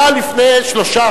היה לפני שלושה,